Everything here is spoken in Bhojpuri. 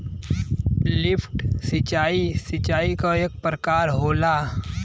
लिफ्ट सिंचाई, सिंचाई क एक प्रकार होला